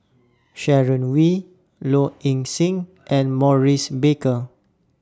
Sharon Wee Low Ing Sing and Maurice Baker